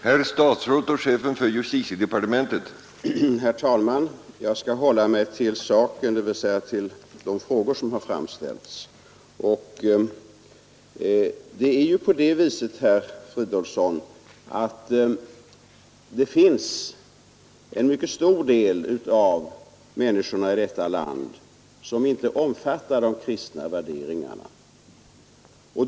Herr talman! Jag skall hålla mig till saken, dvs. till de frågor som har Det är ju på det sättet, herr Fridolfsson i Stockholm, att en mycket stor del av människorna i detta land inte omfattar de kristna värderingarna.